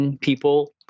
people